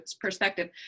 perspective